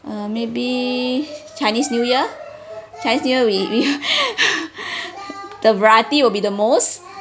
uh maybe chinese new year chinese new year we we the variety will be the most